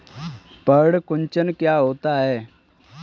पर्ण कुंचन क्या होता है?